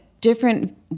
different